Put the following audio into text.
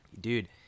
Dude